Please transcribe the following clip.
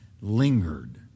lingered